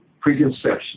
preconception